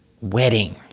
wedding